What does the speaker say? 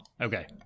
okay